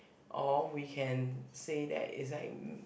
or we can say that it's like